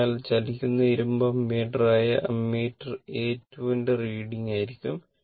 അതിനാൽ അത് ചലിക്കുന്ന ഇരുമ്പ് അമ്മീറ്റർ ആയ ammeterA 2 ന്റെ വായന ആയിരിക്കും